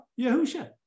Yahusha